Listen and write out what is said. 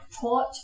taught